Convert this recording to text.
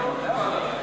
אדוני לא מקובל עלי.